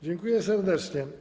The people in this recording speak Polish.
Dziękuję serdecznie.